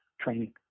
training